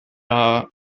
are